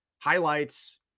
highlights